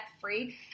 free